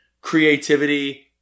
Creativity